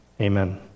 amen